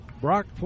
Brock